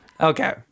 Okay